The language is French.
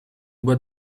boîte